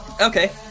Okay